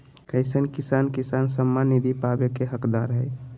कईसन किसान किसान सम्मान निधि पावे के हकदार हय?